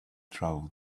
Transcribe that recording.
travel